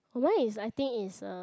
one is I think is uh